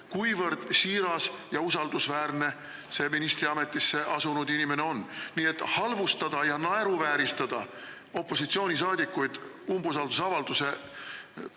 kuivõrd siiras ja usaldusväärne see ministriametisse asunud inimene on. Nii et halvustada ja naeruvääristada opositsioonisaadikuid umbusaldusavalduse